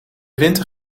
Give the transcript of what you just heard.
winter